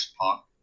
Park